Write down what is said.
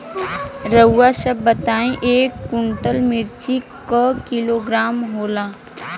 रउआ सभ बताई एक कुन्टल मिर्चा क किलोग्राम होला?